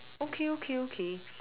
okay okay okay